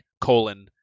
colon